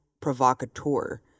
provocateur